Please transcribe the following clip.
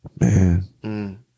Man